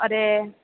અરે